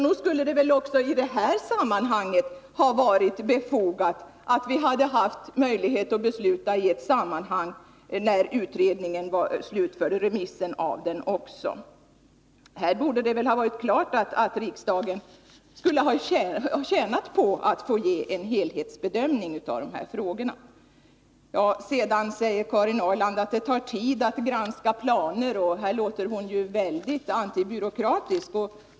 Nog skulle det väl också i det här sammanhanget ha varit befogat att vi hade haft möjlighet att besluta i ett sammanhang när utredningen var slutförd och remissen också. Det borde ha varit klart att riksdagen skulle ha tjänat på att få göra en helhetsbedömning av de här frågorna. Sedan säger Karin Ahrland att det tar tid att granska planer, och hon låter väldigt antibyråkratisk.